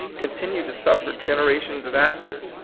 continue to suffer generations of astors,